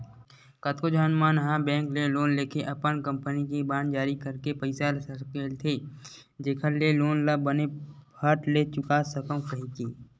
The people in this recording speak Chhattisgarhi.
कतको झन मन ह बेंक ले लोन लेके अपन कंपनी के बांड जारी करके पइसा सकेलथे जेखर ले लोन ल बने फट ले चुका सकव कहिके